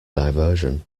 diversion